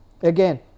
again